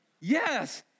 Yes